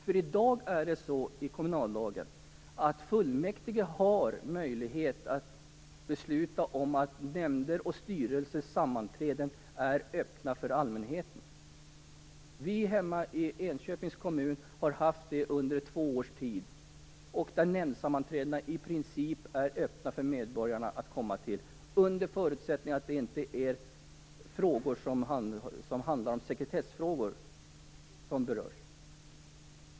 Enligt kommunallagen har fullmäktige i dag möjlighet att besluta om att nämnders och styrelsers sammanträden är öppna för allmänheten. Hemma i Enköpings kommun har vi haft öppna sammanträden under två års tid. Nämndsammanträden är i princip öppna för medborgarna, under förutsättning att de inte rör frågor som är sekretessbelagda.